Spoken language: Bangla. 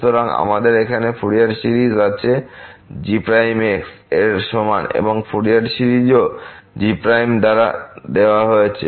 সুতরাং আমাদের এখানে ফুরিয়ার সিরিজ আছে g এর সমান এবং এর ফুরিয়ার সিরিজও এর g দ্বারা দেওয়া হয়েছে